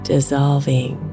Dissolving